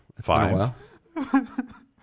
Five